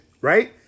right